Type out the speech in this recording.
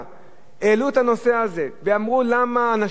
העלו את הנושא הזה ואמרו למה אנשים לא יודעים,